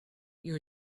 your